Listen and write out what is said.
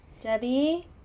Debbie